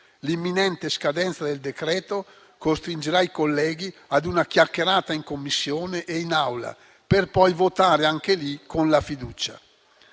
l'imminente scadenza del decreto-legge costringerà i colleghi a una chiacchierata in Commissione e in Aula, per poi votare, anche lì, con la fiducia.